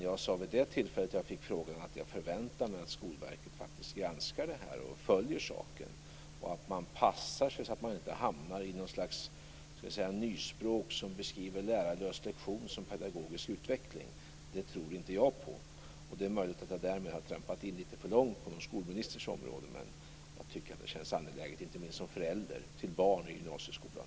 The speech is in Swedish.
Jag sade vid det tillfälle då jag fick frågan att jag förväntar mig att Skolverket granskar det här och följer saken och att man måste passa sig för att inte hamna i något slags nyspråk, som beskriver lärarlösa lektioner som pedagogisk utveckling. Det tror jag inte på. Det är möjligt att jag därmed har trampat in litet för långt på någon skolministers område, men det känns angeläget för mig att säga detta, inte minst som förälder till barn i gymnasieskolan.